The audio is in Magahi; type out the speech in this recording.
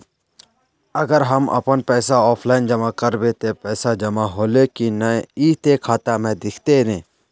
अगर हम अपन पैसा ऑफलाइन जमा करबे ते पैसा जमा होले की नय इ ते खाता में दिखते ने?